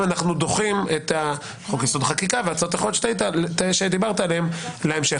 אנחנו דוחים את חוק-יסוד: החקיקה והצעות אחרות שדיברת עליהן להמשך.